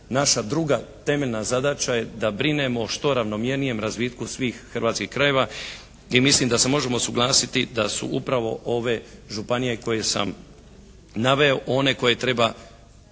naša druga temeljna zadaća je da brinemo o što ravnomjernijem razvitku svih hrvatski krajeva i mislim da se možemo suglasiti da su upravo ove županije koje sam naveo one koje treba